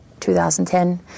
2010